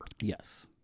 Yes